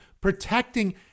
protecting